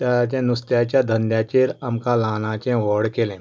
ताज्या नुस्त्याच्या धंद्याचेर आमकां ल्हानाचे व्हड केलें